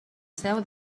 seu